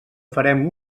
farem